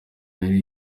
yari